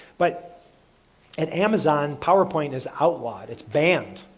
but at amazon, powerpoint is outlawed, its banned.